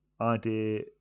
idea